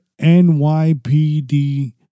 NYPD